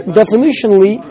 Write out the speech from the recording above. definitionally